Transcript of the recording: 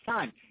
time